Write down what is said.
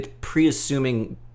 pre-assuming